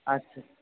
আচ্ছা